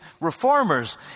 reformers